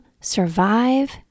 survive